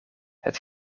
het